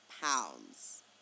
pounds